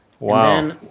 wow